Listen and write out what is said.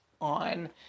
on